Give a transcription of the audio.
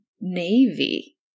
navy